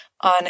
on